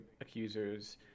accusers